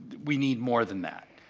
we need more than that.